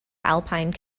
alpine